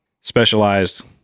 specialized